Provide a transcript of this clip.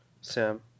Sam